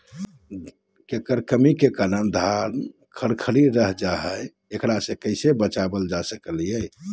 केकर कमी के कारण धान खखड़ी रहतई जा है, एकरा से कैसे बचा सको हियय?